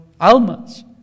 almas